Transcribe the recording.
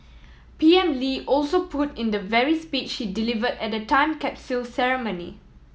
P M Lee also put in the very speech she delivered at the time capital ceremony